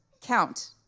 Count